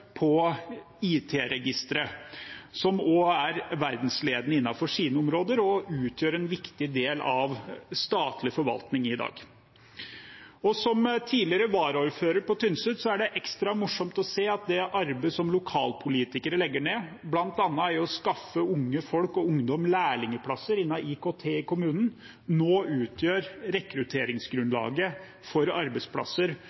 på IT-registre, og som også er verdensledende innenfor sine områder og utgjør en viktig del av statlig forvaltning i dag. Som tidligere varaordfører på Tynset er det ekstra morsomt å se at det arbeidet som lokalpolitikere legger ned bl.a. i å skaffe unge folk og ungdom lærlingplasser innen IKT i kommunen, nå utgjør